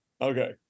Okay